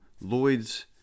Lloyd's